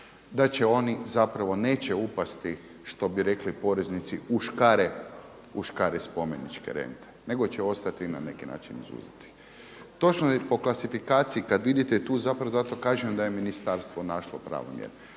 da će oni zapravo neće upasti što bi rekli poreznici u škare spomeničke rente nego će ostati na neki način izuzeti. Točno je po klasifikaciji kada vidite, tu zapravo zato kažem da je ministarstvo našlo pravu mjeru.